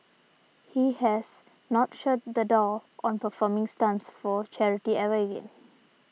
he has not shut the door on performing stunts for charity ever again